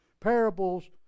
Parables